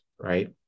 right